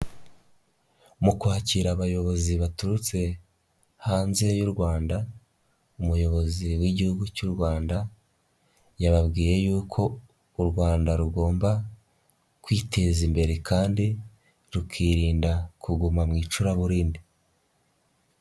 Mu ukwakira abayobozi baturutse hanze y'u Rwanda umuyobozi w'igihugu cy'u Rwanda yababwiye yuko u Rwanda rugomba kwiteza imbere kandi rukirinda kuguma mu icuraburindi.